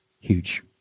huge